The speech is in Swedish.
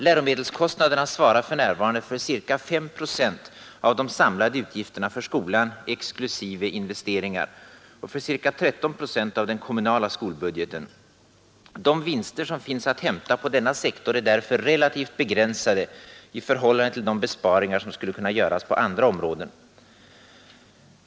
Läromedelskostnaderna svarar för närvarande för ca 5 procent av de samlade utgifterna för skolan — exklusive investeringar — och för ca 13 procent av den kommunala skolbudgeten. De vinster som finns att hämta på denna sektor är därför relativt begränsade i förhållande till de besparingar som skulle kunna göras på andra områden.